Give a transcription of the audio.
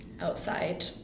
outside